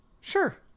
Sure